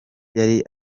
yari